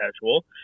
Casual